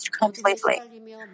completely